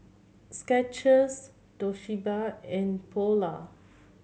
Skechers Toshiba and Polar